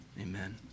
Amen